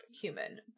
human